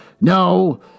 No